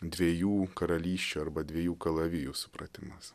dviejų karalysčių arba dviejų kalavijų supratimas